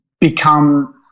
become